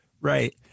Right